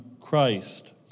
Christ